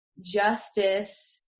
justice